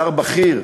שר בכיר,